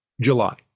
July